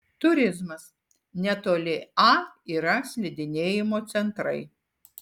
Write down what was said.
turizmas netoli a yra slidinėjimo centrai